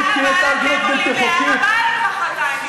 בשביל מה, אבל, אתם עולים להר-הבית מחרתיים?